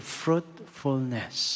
fruitfulness